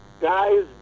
Guys